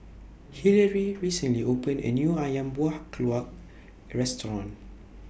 Hillary recently opened A New Ayam Buah Keluak Restaurant